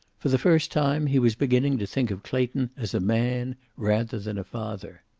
for the first time he was beginning to think of clayton as a man, rather than a father.